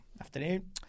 Afternoon